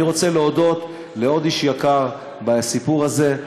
אני רוצה להודות לעוד איש יקר בסיפור הזה,